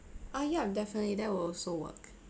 uh yeah definitely that will also work